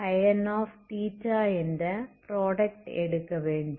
ϴnθஎன்ற product எடுக்க வேண்டும்